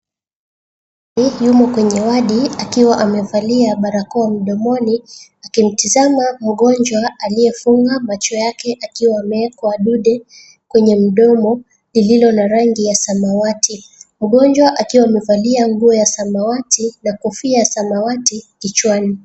Yumo kwenye wadi akiwa amevalia barakoa mdomoni, akimtizama mgonjwa aliyefunga macho yake akiwa amewekwa dude kwenye mdomo lililo na rangi ya samawati. Mgonjwa akiwa amevalia nguo ya samawati na kofia ya samawati kichwani.